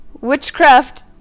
Witchcraft